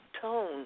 tone